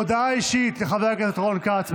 הודעה אישית לחבר הכנסת רון כץ.